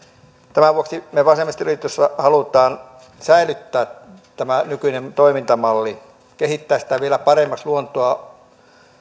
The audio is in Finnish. tämän vuoksi me vasemmistoliitossa haluamme säilyttää tämän nykyisen toimintamallin kehittää sitä vielä paremmaksi luontoa